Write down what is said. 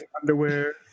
underwear